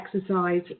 exercise